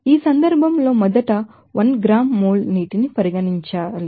కాబట్టి ఈ సందర్భంలో మొదట 1 గ్రాము మోల్ నీటిని పరిగణించారు